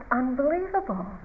unbelievable